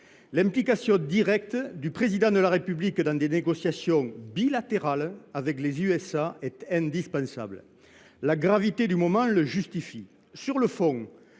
L’implication directe du Président de la République dans des négociations bilatérales avec les États Unis est indispensable. La gravité du moment l’impose. Sur le fond,